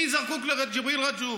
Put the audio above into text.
מי זקוק לג'יבריל רג'וב?